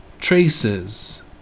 Traces